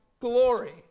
Glory